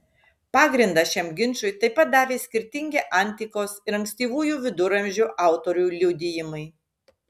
pagrindą šiam ginčui taip pat davė skirtingi antikos ir ankstyvųjų viduramžių autorių liudijimai